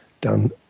done